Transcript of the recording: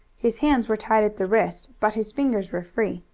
his hands were tied at the wrist, but his fingers were free.